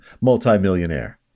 multi-millionaire